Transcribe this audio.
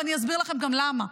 ואני אסביר לכם גם למה.